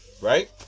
right